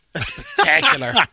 Spectacular